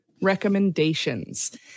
recommendations